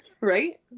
Right